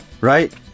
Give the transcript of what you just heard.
Right